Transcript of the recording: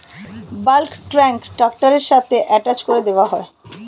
bulk tank ট্র্যাক্টরের সাথে attach করে দেওয়া হয়